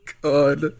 God